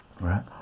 right